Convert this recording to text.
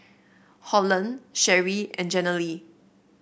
Holland Sherrie and Jenilee